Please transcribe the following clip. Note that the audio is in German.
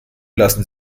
lassen